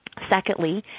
secondly,